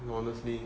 you honestly